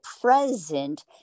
present